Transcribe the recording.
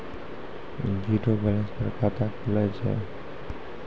Zero balance पर खाता खुले छै?